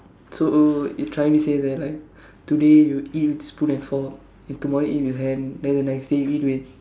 so you trying to say that like today you eat with spoon and fork then tomorrow you eat with hand then the next day you eat with